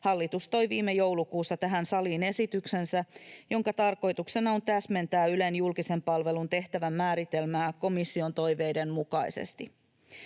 hallitus toi viime joulukuussa tähän saliin esityksensä, jonka tarkoituksena on täsmentää Ylen julkisen palvelun tehtävän määritelmää komission toiveiden mukaisesti.